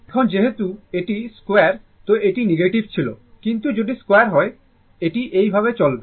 এখন যেহেতু এটি 2 তো এটি নেগেটিভ ছিল কিন্তু যদি 2 হয় এটি এইভাবে চলবে